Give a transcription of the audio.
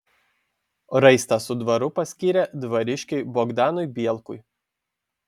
raistą su dvaru paskyrė dvariškiui bogdanui bielkui